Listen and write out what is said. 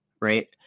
right